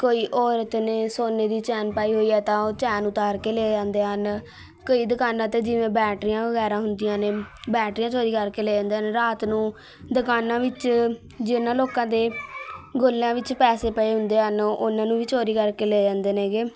ਕੋਈ ਔਰਤ ਨੇ ਸੋਨੇ ਦੀ ਚੈਨ ਪਾਈ ਹੋਈ ਹੈ ਤਾਂ ਉਹ ਚੈਨ ਉਤਾਰ ਕੇ ਲੈ ਜਾਂਦੇ ਹਨ ਕਈ ਦਕਾਨਾਂ 'ਤੇ ਜਿਵੇਂ ਬੈਟਰੀਆਂ ਵਗੈਰਾ ਹੁੰਦੀਆਂ ਨੇ ਬੈਟਰੀਆਂ ਚੋਰੀ ਕਰਕੇ ਲੈ ਜਾਂਦੇ ਹਨ ਰਾਤ ਨੂੰ ਦੁਕਾਨਾਂ ਵਿੱਚ ਜਿਨ੍ਹਾਂ ਲੋਕਾਂ ਦੇ ਗੱਲਿਆਂ ਵਿੱਚ ਪੈਸੇ ਪਏ ਹੁੰਦੇ ਹਨ ਉਹਨਾਂ ਨੂੰ ਵੀ ਚੋਰੀ ਕਰਕੇ ਲੈ ਜਾਂਦੇ ਨੇਗੇ